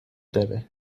داره